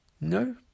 No